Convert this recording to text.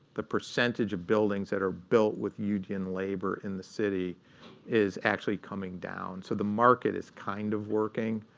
the percentage of buildings that are built with union labor in the city is actually coming down. so the market is kind of working,